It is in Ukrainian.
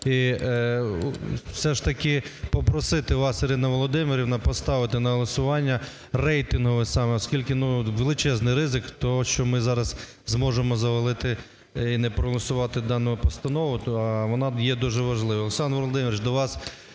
і все ж таки попросити вас, Ірина Володимирівна, поставити на голосування рейтингове саме, оскільки величезний ризик того, що ми зараз зможемо завалити і не проголосувати дану постанову, а вона є дуже важлива. Олександре Володимировичу, до вас